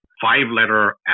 five-letter